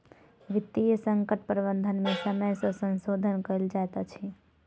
वित्तीय संकट प्रबंधन में समय सॅ संशोधन कयल जाइत अछि